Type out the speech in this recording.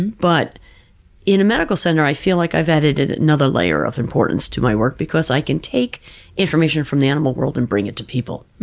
but in a medical center i feel like i've added another layer of importance to my work because i can take information from the animal world and bring it to people.